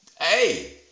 Hey